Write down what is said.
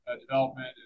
development